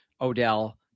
Odell